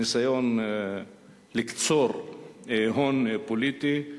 ניסיון לקצור הון פוליטי,